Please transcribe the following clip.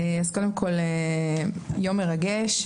קודם כול זה יום מרגש.